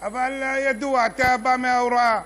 אבל ידוע, אתה בא מההוראה.